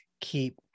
keep